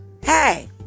hey